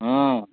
হুম